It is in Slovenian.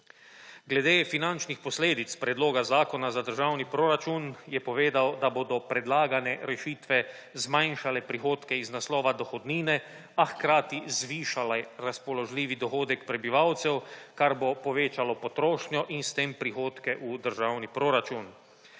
Glede finančnih posledic predloga zakona za državni proračun je povedal, da bodo predlagane rešitve zmanjšale prihodke iz naslova dohodnine, a hkrati zvišale razpoložljivi dohodek prebivalcev, kar bo povečalo potrošnjo in s tem prihodke v državni proračun.